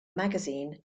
magazine